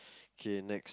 okay next